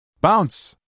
Bounce